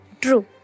True